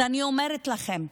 אז אני אומרת לכם,